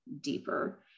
deeper